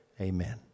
Amen